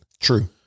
True